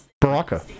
Baraka